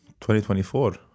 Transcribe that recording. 2024